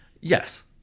yes